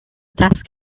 desk